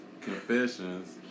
Confessions